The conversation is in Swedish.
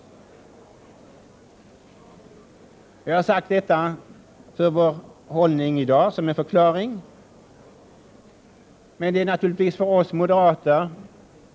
Jag har sagt detta som en förklaring till vår hållning i dag.